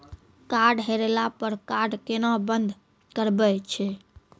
Card हेरैला पर card केना बंद करबै छै?